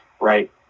right